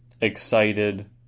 excited